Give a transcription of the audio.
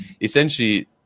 essentially